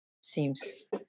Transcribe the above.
Seems